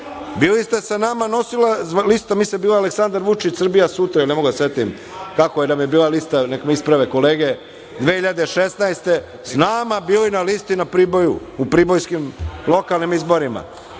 Bili ste sa nama, mislim da se lista zvala „Aleksandar Vučić – Srbija sutra“, ne mogu da se setim kako nam je bila lista, nek me isprave kolege, 2016. godine. Sa nama bili na listi u Priboju, u pribojskim lokalnim izborima,